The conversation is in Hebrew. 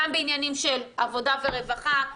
גם בעניינים של עבודה ורווחה,